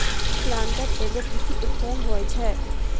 planter एगो कृषि उपकरण होय छै